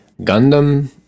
Gundam